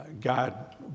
God